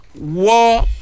war